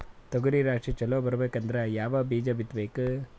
ತೊಗರಿ ರಾಶಿ ಚಲೋ ಬರಬೇಕಂದ್ರ ಯಾವ ಬೀಜ ಬಿತ್ತಬೇಕು?